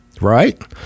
right